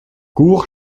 cour